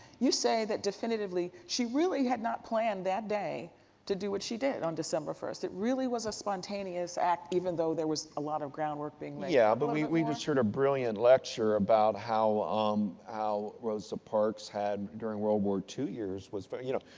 you say that definitively she really had not planned that day to do what she did on december first. it really was a spontaneous act even though there was a lot of ground work being laid. douglas brinkley yeah. but i mean we just heard a brilliant lecture about how um how rosa park had, during world war two years, was, but you know,